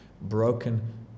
broken